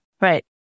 Right